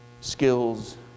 skills